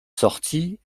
sortie